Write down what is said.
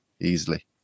easily